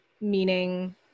meaning